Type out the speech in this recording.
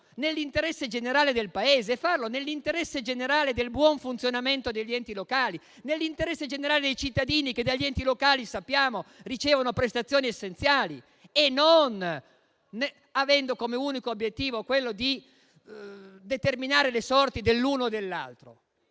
nell'interesse generale del Paese, nell'interesse generale del buon funzionamento degli enti locali, nell'interesse generale dei cittadini che dagli enti locali - lo sappiamo - ricevono prestazioni essenziali, e non avendo come unico obiettivo quello di determinare le sorti dell'uno o dell'altro?